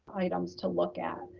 items to look at.